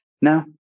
No